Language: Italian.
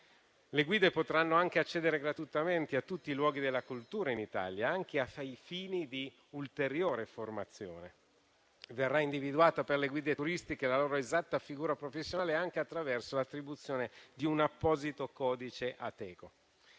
Le guide potranno anche accedere gratuitamente a tutti i luoghi della cultura in Italia, anche ai fini di ulteriore formazione. Verrà individuata per le guide turistiche la loro esatta figura professionale anche attraverso l'attribuzione di un apposito codice Ateco.